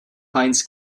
finds